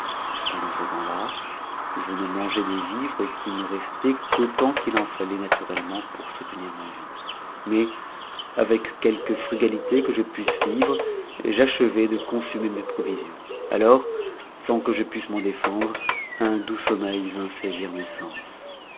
pendant temps-là je ne mangeais des vivres qui me restaient qu'autant qu'il en jaffait naturellement pour soutenir ma vif mais avec quelque frugalité que je pusse vivre j'achevai de consommer mes provisions alors sans tjue je pusse m'en défendre un doux sommeil vint saisir mes sens